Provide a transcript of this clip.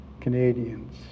Canadians